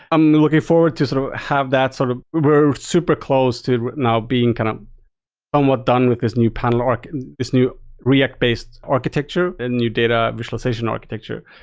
i'm looking forward to sort of have that sort of we're super close to now being kind of somewhat done with this new panel or this this new react-based architecture and new data visualization architecture.